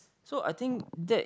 so I think that